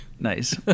nice